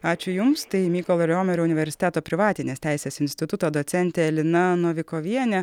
ačiū jums tai mykolo romerio universiteto privatinės teisės instituto docentė lina novikovienė